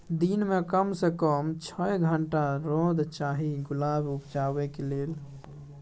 दिन मे कम सँ कम छअ घंटाक रौद चाही गुलाब उपजेबाक लेल